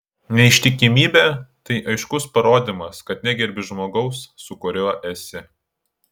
neištikimybė tai aiškus parodymas kad negerbi žmogaus su kuriuo esi